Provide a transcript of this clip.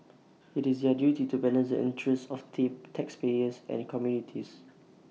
IT is their duty to balance the interests of tea taxpayers and communities